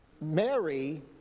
Mary